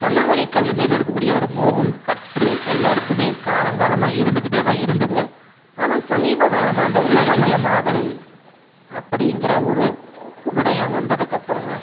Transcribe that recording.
தமிழ்வழி கல்விமேல் இருக்கக்கூடிய ஒரு மோகம் பற்று எல்லாருக்கும் காலம் காலமாக இருந்துகிட்டே தான் இருந்துது ஆனால் சமீப காலமாக இந்த உலகமயமாதல் அப்படிங்குற ஒரு விடயம் வந்ததுக்கு அப்புறம்